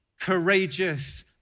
courageous